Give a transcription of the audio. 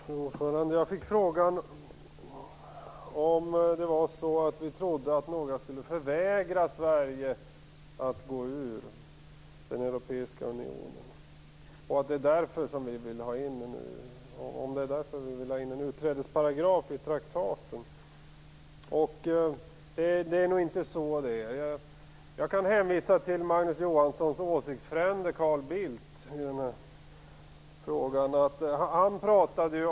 Fru talman! Jag fick frågan om vi trodde att några skulle förvägra Sverige att gå ur Europeiska unionen och om det är därför vi vill ha in en utträdesparagraf i traktaten. Det är nog inte så det är. Jag kan hänvisa till Magnus Johanssons åsiktsfrände i denna fråga, Carl Bildt.